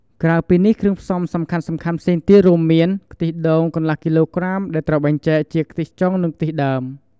ក្រៅពីនេះ គ្រឿងផ្សំសំខាន់ៗផ្សេងទៀតរួមមាន ខ្ទិះដូង កន្លះគីឡូក្រាម ដែលត្រូវបែងចែកជាខ្ទិះចុង និងខ្ទិះដើម។